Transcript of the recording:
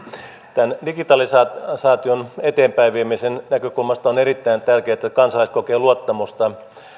tämän digitalisaation eteenpäinviemisen näkökulmasta on erittäin tärkeätä että kansalaiset kokevat luottamusta